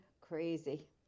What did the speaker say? crazy